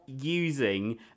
using